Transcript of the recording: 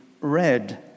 red